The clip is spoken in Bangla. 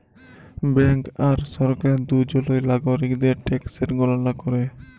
ব্যাংক আর সরকার দুজলই লাগরিকদের ট্যাকসের গললা ক্যরে